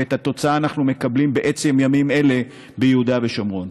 ואת התוצאה אנחנו מקבלים בעצם ימים אלה ביהודה ושומרון,